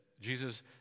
Jesus